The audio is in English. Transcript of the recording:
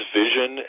vision